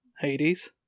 Hades